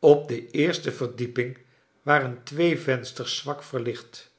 op de eerste verdieping waren twee vensters zwak verlicht